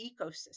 ecosystem